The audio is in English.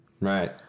Right